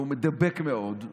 שהוא מידבק מאוד,